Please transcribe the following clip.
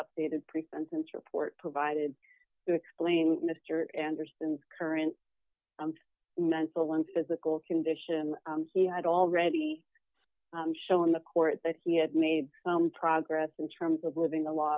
updated pre sentence report provided to explain mr anderson's current mental and physical condition he had already shown the court that he had made some progress in terms of living the law